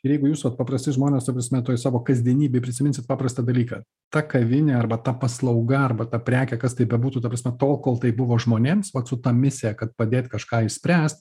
ir jeigu jūs vat paprasti žmonės ta prasme toj savo kasdienybėj prisiminsit paprastą dalyką ta kavinė arba ta paslauga arba ta prekė kas tai bebūtų ta prasme tol kol tai buvo žmonėms vat su ta misija kad padėt kažką išspręst